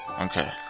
okay